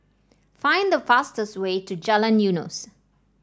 find the fastest way to Jalan Eunos